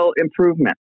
improvement